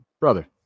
brother